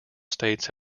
states